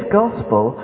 gospel